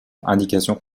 indications